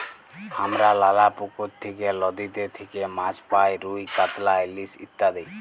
হামরা লালা পুকুর থেক্যে, লদীতে থেক্যে মাছ পাই রুই, কাতলা, ইলিশ ইত্যাদি